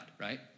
right